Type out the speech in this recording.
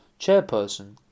chairperson